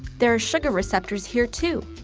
there are sugar receptors here, too.